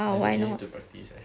that means you need to practice leh